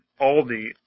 Aldi